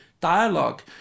dialogue